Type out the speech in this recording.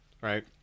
right